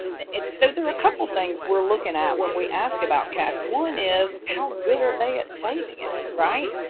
so there were a couple of things we're looking at when we ask about cash. one is how good are they at saving it, right?